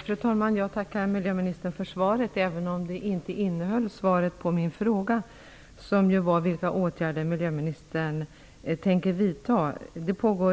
Fru talman! Jag tackar miljöministern för svaret, även om det inte innehöll svaret på min fråga som var vilka åtgärder miljöministern tänker vidta. Att